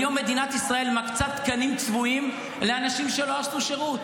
היום מדינת ישראל מקצה תקנים צבועים לאנשים שלא עשו שירות,